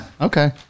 Okay